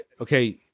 okay